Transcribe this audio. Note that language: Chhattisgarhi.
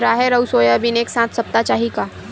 राहेर अउ सोयाबीन एक साथ सप्ता चाही का?